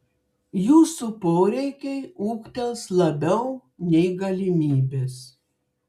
jūsų poreikiai ūgtels labiau nei galimybės